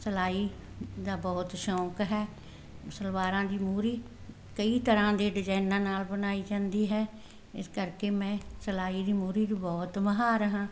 ਸਿਲਾਈ ਦਾ ਬਹੁਤ ਸ਼ੌਂਕ ਹੈ ਸਲਵਾਰਾਂ ਦੀ ਮੂਰੀ ਕਈ ਤਰ੍ਹਾਂ ਦੇ ਡਿਜ਼ਾਇਨਾਂ ਨਾਲ ਬਣਾਈ ਜਾਂਦੀ ਹੈ ਇਸ ਕਰਕੇ ਮੈਂ ਸਿਲਾਈ ਦੀ ਮੂਰੀ ਦੀ ਬਹੁਤ ਮਾਹਿਰ ਹਾਂ